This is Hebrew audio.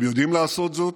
הם יודעים לעשות זאת,